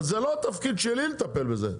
אבל זה לא התפקיד שלי לטפל בזה,